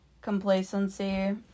complacency